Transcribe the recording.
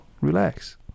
Relax